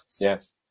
Yes